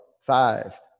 five